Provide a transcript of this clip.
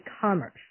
commerce